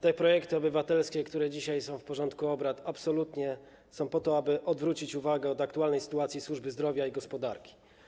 Te projekty obywatelskie, które dzisiaj są w porządku obrad, absolutnie są po to, żeby odwrócić uwagę od aktualnej sytuacji służby zdrowia i gospodarki.